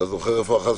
רועי.